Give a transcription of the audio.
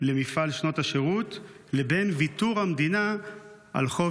במפעל שנות השירות לבין ויתור המדינה על חוב